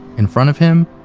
in front of him,